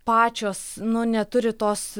pačios nu neturi tos